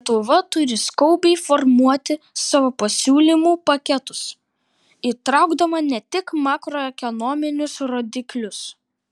lietuva turi skubiai formuoti savo pasiūlymų paketus įtraukdama ne tik makroekonominius rodiklius